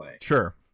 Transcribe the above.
Sure